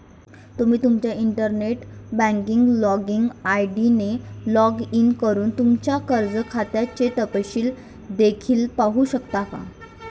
तुम्ही तुमच्या internet banking login ID ने लॉग इन करून तुमच्या कर्ज खात्याचे तपशील देखील पाहू शकता